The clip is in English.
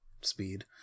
speed